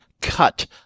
Cut